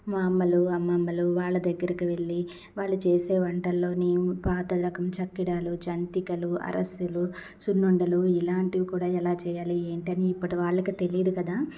బామ్మలు అమ్మమ్మలు వాళ్ల దగ్గరికి వెళ్లి వాళ్ళు చేసే వంటల్లో నేను పాతరకం చెక్కిడాలు జంతికలు అరిసెలు సున్నుండలు ఇలాంటివి కూడా ఎలా చేయాలి ఏంటి అనేది ఇప్పటి వాళ్ళకి తెలియదు కదా